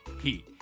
Heat